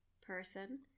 person